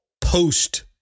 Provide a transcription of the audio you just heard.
post